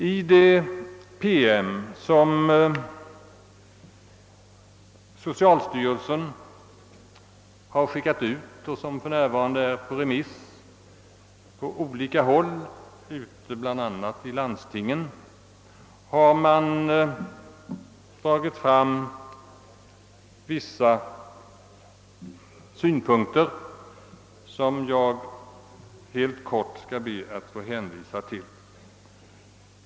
I den PM som socialstyrelsen har skickat ut och som för närvarande är på remiss på olika håll, bl.a. hos landstingen, har det framförts vissa synpunkter som jag helt kort skall ta upp.